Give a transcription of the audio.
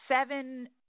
seven